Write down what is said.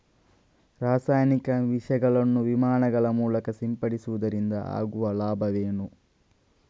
ರಾಸಾಯನಿಕ ವಿಷಗಳನ್ನು ವಿಮಾನಗಳ ಮೂಲಕ ಸಿಂಪಡಿಸುವುದರಿಂದ ಆಗುವ ಲಾಭವೇನು?